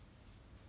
apply for it